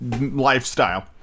lifestyle